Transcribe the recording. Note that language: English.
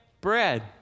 bread